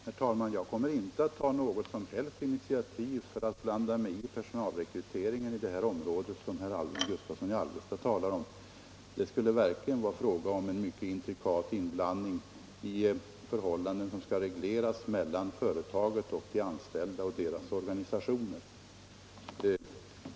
Herr talman! Jag kommer inte att ta något som helst initiativ när det gäller personalrekryteringen i det område som herr Gustavsson i Alvesta talar om. Det skulle verkligen vara fråga om en mycket intrikat inblandning i förhållanden som skall regleras mellan företaget och de anställda och deras organisationer.